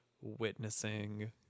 witnessing